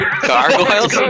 Gargoyles